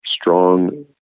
strong